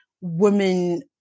women